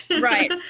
right